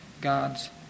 God's